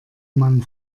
mann